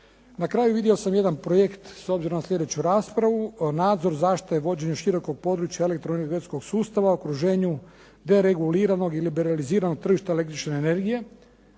Na kraju, vidio sam jedan projekt, s obzirom na sljedeću raspravu, nadzor, zaštita i vođenje širokog područja elektroenergetskog sustava u okruženju dereguliranog i liberaliziranog tržišta električne energije.